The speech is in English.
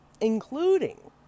including